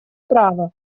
права